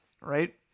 right